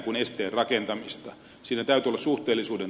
siinä täytyy olla suhteellisuudentajua